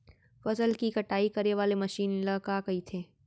फसल की कटाई करे वाले मशीन ल का कइथे?